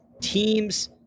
teams